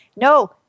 No